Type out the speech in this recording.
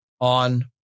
on